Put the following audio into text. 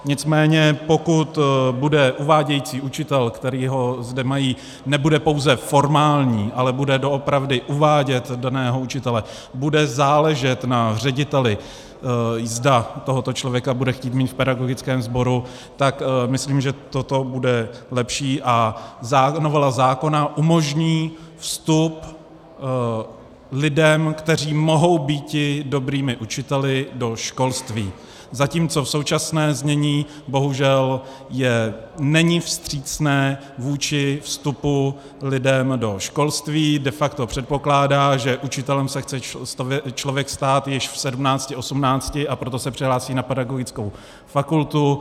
Nicméně pokud uvádějící učitel, kterého zde mají, nebude pouze formální, ale bude doopravdy uvádět daného učitele, bude záležet na řediteli, zda tohoto člověka bude chtít mít v pedagogickém sboru, tak myslím, že toto bude lepší a že novela zákona umožní vstup lidem, kteří mohou být dobrými učiteli, do školství, zatímco současné znění bohužel není vstřícné vůči vstupu lidem do školství, de facto předpokládá, že učitelem se chce člověk stát již v sedmnácti, osmnácti, a proto se přihlásí na pedagogickou fakultu.